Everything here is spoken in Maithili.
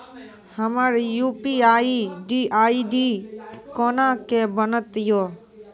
हमर यु.पी.आई आई.डी कोना के बनत यो?